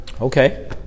Okay